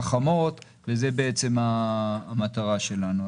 חכמות, וזאת בעצם המטרה שלנו.